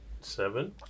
seven